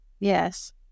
Yes